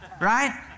Right